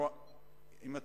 הייעוץ